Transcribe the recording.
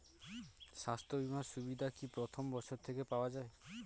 স্বাস্থ্য বীমার সুবিধা কি প্রথম বছর থেকে পাওয়া যায়?